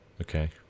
okay